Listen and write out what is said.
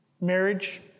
Marriage